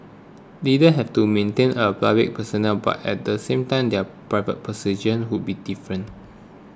leaders have to maintain a public persona but at the same time their private position would be different